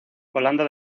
holanda